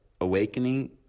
awakening